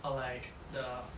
or like the